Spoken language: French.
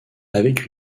avec